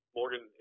Morgan